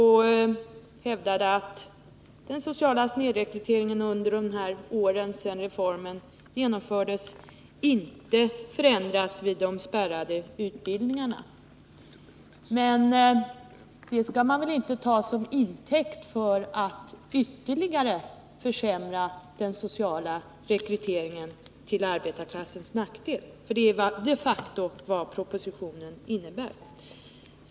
Hon anförde att denna inte förändrats vid de spärrade utbildningarna under de år som gått sedan reformen genomfördes. Men detta skall väl inte tas till intäkt för att ytterligare försämra den sociala snedrekryteringen till arbetarklassens nackdel. Det är de facto vad propositionen innebär.